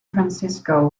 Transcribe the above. francisco